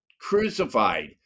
crucified